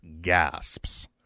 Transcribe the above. gasps